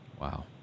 Wow